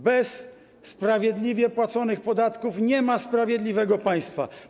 Bez sprawiedliwie płaconych podatków nie ma sprawiedliwego państwa.